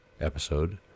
episode